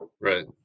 Right